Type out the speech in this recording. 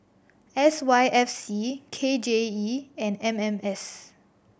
S Y F C K J E and M M S